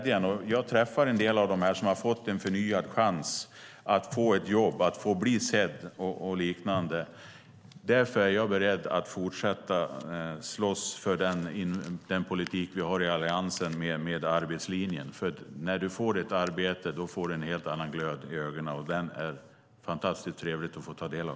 Jag träffar en del av dem som har fått en förnyad chans att få ett jobb, bli sedda och liknande. Därför är jag beredd att fortsätta slåss för den politik med arbetslinjen vi har i Alliansen. När du får ett arbete får du nämligen en helt annan glöd i ögonen, och den är fantastiskt trevlig att få ta del av.